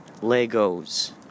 Legos